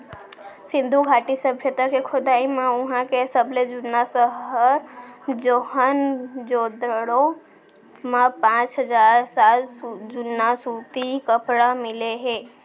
सिंधु घाटी सभ्यता के खोदई म उहां के सबले जुन्ना सहर मोहनजोदड़ो म पांच हजार साल जुन्ना सूती कपरा मिले हे